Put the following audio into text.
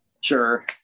sure